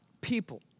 people